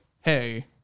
Hey